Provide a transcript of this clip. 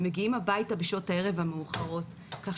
הם מגיעים הביתה בשעות הערב המאוחרות כך